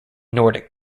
nordic